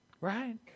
Right